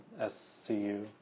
SCU